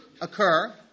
occur